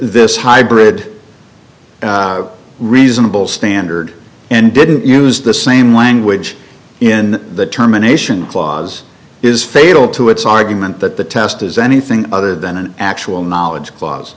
this hybrid reasonable standard and didn't use the same language in the terminations clause is fatal to its argument that the test is anything other than an actual knowledge cla